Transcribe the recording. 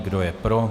Kdo je pro?